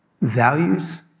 values